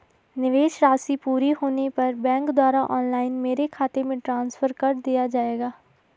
निवेश राशि पूरी होने पर बैंक द्वारा ऑनलाइन मेरे खाते में ट्रांसफर कर दिया जाएगा?